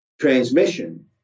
transmission